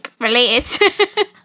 related